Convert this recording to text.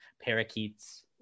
parakeets